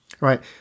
right